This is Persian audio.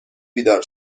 بیدار